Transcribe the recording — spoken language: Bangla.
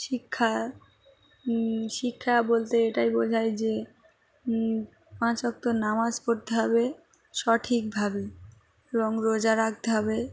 শিক্ষা শিক্ষা বলতে এটাই বোঝায় যে পাঁচ অক্ত নামাজ পড়তে হবে সঠিকভাবে এবং রোজা রাখতে হবে